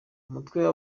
umutwe